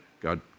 God